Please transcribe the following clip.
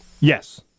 Yes